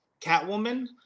catwoman